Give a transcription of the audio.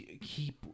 keep